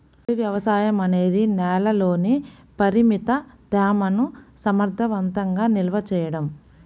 పొడి వ్యవసాయం అనేది నేలలోని పరిమిత తేమను సమర్థవంతంగా నిల్వ చేయడం